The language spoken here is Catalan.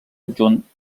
adjunt